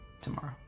tomorrow